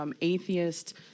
atheist